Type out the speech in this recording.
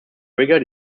rigger